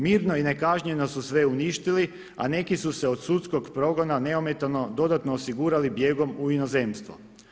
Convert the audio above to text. Mirno i nekažnjeno su sve uništili, a neki su se od sudskog progona neometano dodatno osigurali bijegom u inozemstvo.